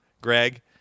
Greg